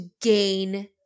gain